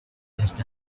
himself